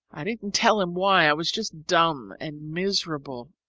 i didn't tell him why i was just dumb and miserable.